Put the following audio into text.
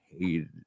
hated